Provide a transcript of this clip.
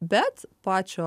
bet pačio